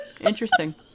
Interesting